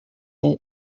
and